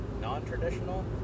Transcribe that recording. Non-traditional